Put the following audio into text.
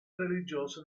religiose